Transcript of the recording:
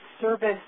service